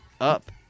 up